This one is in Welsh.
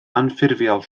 anffurfiol